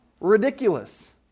ridiculous